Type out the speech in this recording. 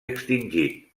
extingit